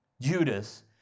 Judas